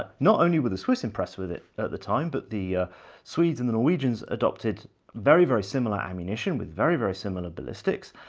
ah not only were the swiss impressed with it at the time, but the swedes and the norwegians adopted very, very similar ammunition with very, very similar ballistics.